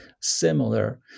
similar